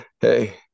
hey